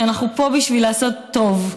שאנחנו פה בשביל לעשות טוב,